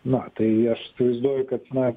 na tai aš įsivaizduoju kad na